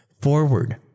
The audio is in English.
forward